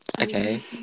Okay